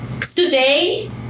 today